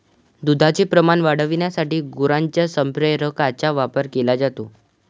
दुधाचे प्रमाण वाढविण्यासाठी गुरांच्या संप्रेरकांचा वापर केला जातो